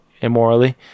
immorally